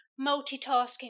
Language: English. multitasking